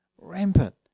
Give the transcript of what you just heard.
Rampant